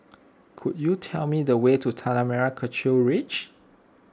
could you tell me the way to Tanah Merah Kechil Ridge